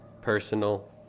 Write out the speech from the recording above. personal